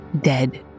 dead